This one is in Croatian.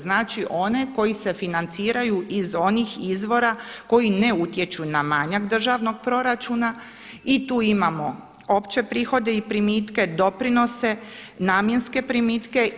Znači one koji se financiraju iz onih izvora koji ne utječu na manjak državnog proračuna i tu imamo opće prihode i primitke, doprinose, namjenske primitke.